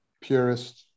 purist